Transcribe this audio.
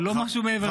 לא משהו מעבר לזה.